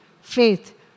faith